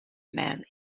men